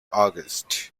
august